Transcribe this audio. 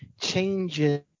changes